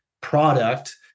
product